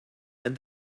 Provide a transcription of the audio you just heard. and